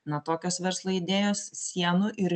na tokios verslo idėjos sienų ir